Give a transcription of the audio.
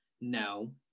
No